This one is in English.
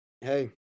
hey